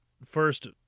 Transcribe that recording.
First